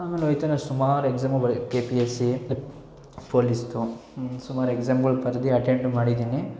ಆಮೇಲೆ ಹೋಗ್ತಾ ನಾನು ಸುಮಾರು ಎಕ್ಸಾಮು ಬ ಕೆ ಪಿ ಎಸ್ ಸಿ ಪೋಲಿಸ್ದು ಸುಮಾರು ಎಕ್ಸಾಮ್ಗಳು ಬರ್ದು ಅಟೆಂಡು ಮಾಡಿದ್ದೀನಿ